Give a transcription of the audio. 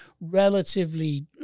relatively